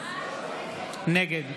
נגד